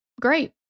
great